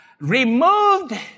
removed